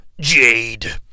Jade